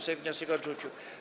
Sejm wniosek odrzucił.